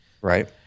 Right